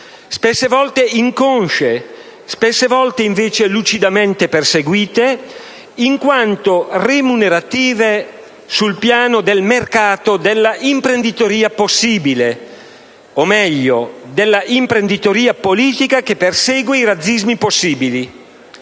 spesse volte inconsce, spesse volte invece lucidamente perseguite in quanto remunerative sul piano del mercato della imprenditoria possibile, o meglio della imprenditoria politica che persegue i razzismi possibili.